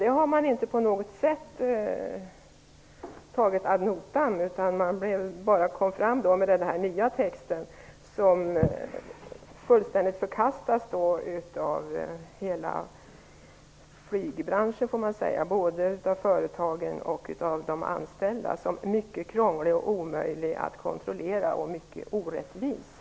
Det har utskottet inte på något sätt tagit ad notam. I stället har man lagt fram den nya texten, som fullständigt förkastas av hela flygbranschen, både företagen och de anställda. Reglerna är mycket krångliga, de leder till omöjliga kontrollproblem och är dessutom orättvisa.